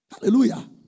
Hallelujah